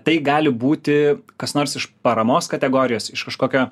tai gali būti kas nors iš paramos kategorijos iš kažkokio